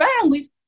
families